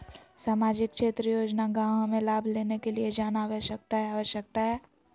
सामाजिक क्षेत्र योजना गांव हमें लाभ लेने के लिए जाना आवश्यकता है आवश्यकता है?